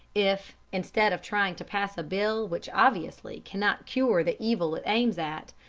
if instead of trying to pass a bill which obviously cannot cure the evil it aims at,